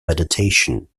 meditation